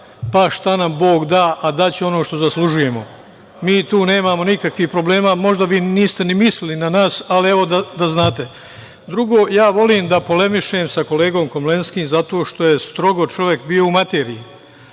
pa šta nam Bog da, a daće nam ono što zaslužujemo. Mi tu nemamo nikakvih problema, možda vi niste ni mislili na nas, ali evo da znate. Drugo, volim da polemišem sa kolegom Komlenskim, zato što je strogo čovek bio u materiji